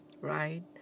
right